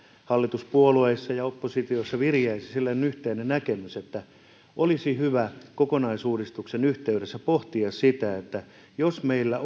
hallituspuolueissa ja oppositiossa viriäisi sellainen yhteinen näkemys että olisi hyvä kokonaisuudistuksen yhteydessä pohtia sitä että jos meillä